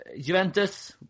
Juventus